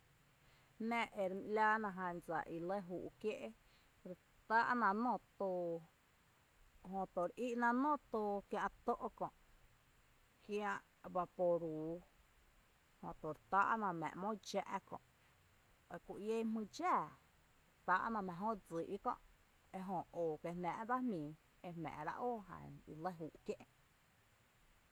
Jnⱥ eremí ‘laana jan dsa i lɇ júu’ kié’ re táa’ná nóoó too jötu re í’na nóoó too kiä’ tó’ kö’ kiä’ vaporúu jötu re táa’na mⱥⱥ ‘mo dxⱥ’ eku ién jmý dxáa re táa’na mⱥⱥ jö’ dsíi’ kö’ ejö oo kiee jnáa’ dsa jmíi e jmⱥⱥ’rá’ óo jan lɇ júu’ kié’.